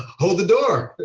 hold the door,